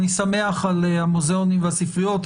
אני שמח על המוזיאונים והספריות,